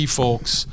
folks